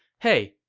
hey,